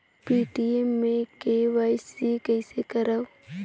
Paytm मे KYC कइसे करव?